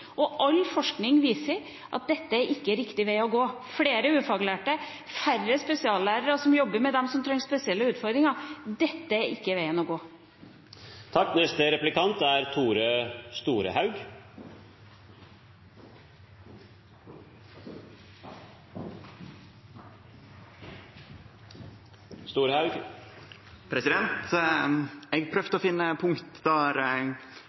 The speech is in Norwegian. All forskning viser at dette ikke er riktig vei å gå. Flere ufaglærte, færre spesiallærere som jobber med dem som har spesielle utfordringer, er ikke veien å